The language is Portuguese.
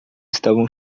estavam